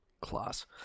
class